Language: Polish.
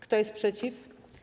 Kto jest przeciw?